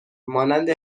مانند